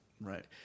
Right